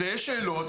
זו לא חקירת שב"כ.